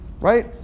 right